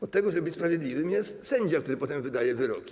Od tego, żeby być sprawiedliwym, jest sędzia, który potem wydaje wyroki.